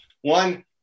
one